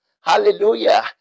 Hallelujah